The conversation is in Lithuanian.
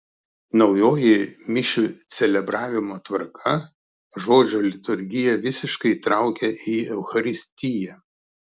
naujoji mišių celebravimo tvarka žodžio liturgiją visiškai įtraukia į eucharistiją